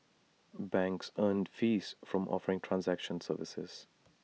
banks earn fees from offering transaction services